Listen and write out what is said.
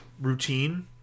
routine